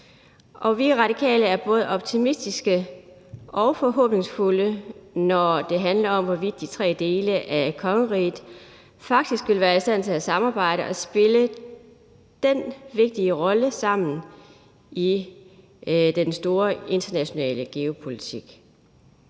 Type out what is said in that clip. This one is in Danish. i Radikale er både optimistiske og forhåbningsfulde, når det handler om, hvorvidt de tre dele af kongeriget faktisk vil være i stand til at samarbejde og spille den vigtige rolle sammen i den store internationale geopolitik.